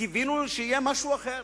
קיווינו שיהיה משהו אחר.